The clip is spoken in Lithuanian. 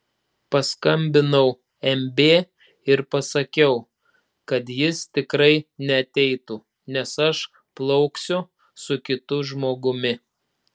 paskambinau mb ir pasakiau kad jis tikrai neateitų nes aš plauksiu su kitu žmogumi